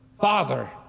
Father